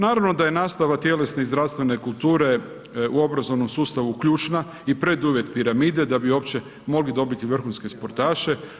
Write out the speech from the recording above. Naravno da je nastava tjelesne i zdravstvene kulture u obrazovnom sustavu ključna i preduvjet piramide da bi uopće mogli dobiti vrhunske sportaše.